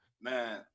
man